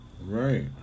Right